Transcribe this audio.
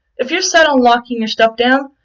if you're set on locking your stuff down,